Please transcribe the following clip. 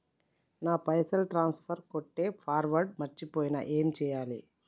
నా పైసల్ ట్రాన్స్ఫర్ కొట్టే పాస్వర్డ్ మర్చిపోయిన ఏం చేయాలి?